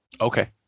Okay